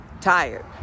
tired